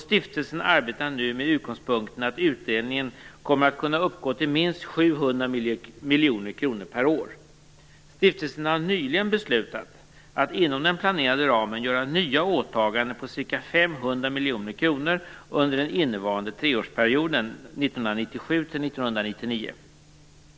Stiftelsen arbetar nu med utgångspunkten att utdelningen kommer att kunna uppgå till minst 700 miljoner kronor per år. Stiftelsen har nyligen beslutat att inom den planerade ramen göra nya åtaganden på ca 500 miljoner kronor under den innevarande treårsperioden 1997 1999.